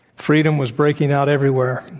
freedom was breaking out everywhere.